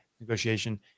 negotiation